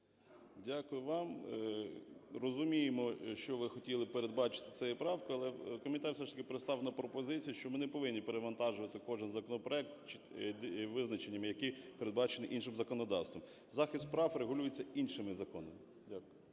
Дякую вам. Розуміємо, що ви хотіли передбачити цією правкою. Але комітет все ж таки пристав на пропозиції, що ми не повинні перевантажувати кожен законопроект, визначення які передбачені іншим законодавством. Захист прав регулюється іншими законами. Дякую.